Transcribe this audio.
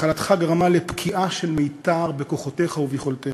מחלתך גרמה לפקיעה של מיתר בכוחותיך וביכולתך.